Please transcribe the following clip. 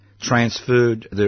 transferred